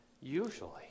usually